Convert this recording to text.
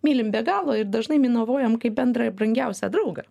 mylim be galo ir dažnai minavojam kaip bendrą ir brangiausią draugą